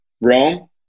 Rome